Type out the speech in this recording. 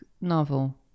novel